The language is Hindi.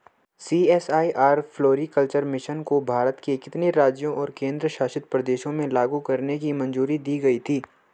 सी.एस.आई.आर फ्लोरीकल्चर मिशन को भारत के कितने राज्यों और केंद्र शासित प्रदेशों में लागू करने की मंजूरी दी गई थी?